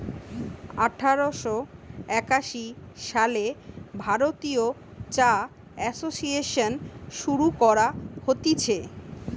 আঠার শ একাশি সালে ভারতীয় চা এসোসিয়েসন শুরু করা হতিছে